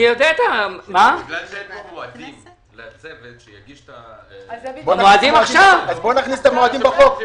בגלל שאין פה מועדים לצוות להגשת --- אז בואו נכניס את המועדים בחוק.